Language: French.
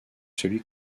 celui